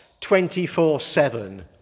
24-7